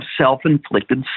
self-inflicted